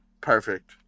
Perfect